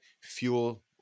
Fuel